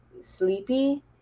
sleepy